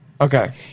okay